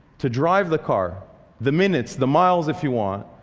to drive the car the minutes, the miles if you want,